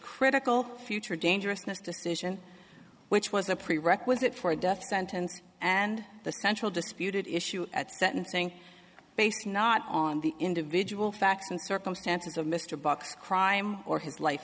critical future dangerousness decision which was a prerequisite for a death sentence and the central disputed issue at sentencing based not on the individual facts and circumstances of mr box crime or his life